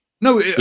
no